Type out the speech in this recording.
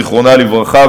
זיכרונה לברכה,